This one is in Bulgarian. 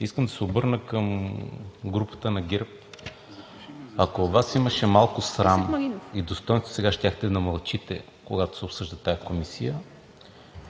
Искам да се обърна към групата на ГЕРБ. Ако във Вас имаше малко срам и достойнство, сега щяхте да мълчите, когато се обсъжда тази комисия.